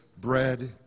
bread